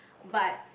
but